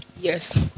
Yes